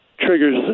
triggers